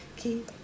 keep